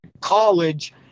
college